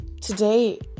today